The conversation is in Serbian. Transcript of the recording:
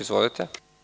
Izvolite.